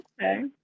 Okay